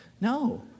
No